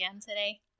today